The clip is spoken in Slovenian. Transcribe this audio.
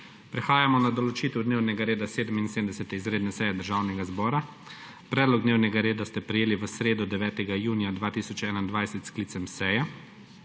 Prehajamo na določitev dnevnega reda 77. izredne seje Državnega zbora. Predlog dnevnega reda ste prejeli v sredo, 9. junija 2021, s sklicem seje.